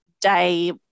day